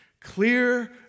Clear